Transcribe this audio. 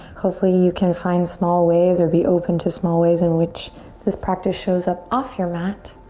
hopefully you can find small ways or be open to small ways in which this practice shows up off your mat.